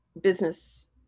business